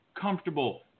comfortable